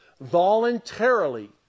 Voluntarily